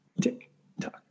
tick-tock